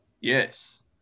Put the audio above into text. Yes